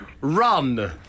Run